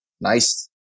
nice